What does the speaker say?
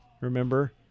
Remember